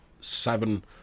seven